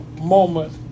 moment